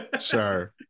sure